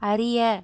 அறிய